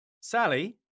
Sally